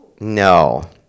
No